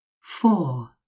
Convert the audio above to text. four